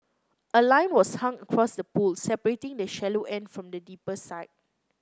a line was hung across the pool separating the shallow end from the deeper side